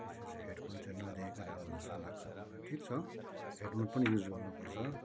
विशेष हेडफोन चाहिँ नदिएकै राम्रो जस्तो लाग्छ मलाई ठिक छ हेडफोन पनि युज गर्नुपर्छ